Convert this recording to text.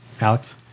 Alex